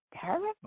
terrible